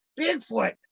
Bigfoot